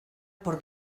por